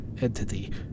entity